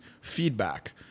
feedback